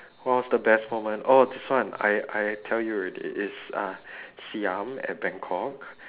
what was the best moment oh this one I I tell you already it's uh siam at bangkok